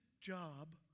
job